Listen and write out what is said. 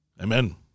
amen